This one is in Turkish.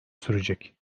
sürecek